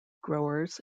growers